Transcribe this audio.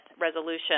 resolution